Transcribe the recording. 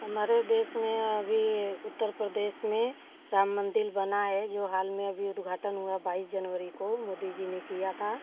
हमारे देश में अभी उत्तर प्रदेश में राम मंदिर बना है जो हाल में अभी उद्घाटन हुआ बाईस जनवरी को मोदी जी ने किया था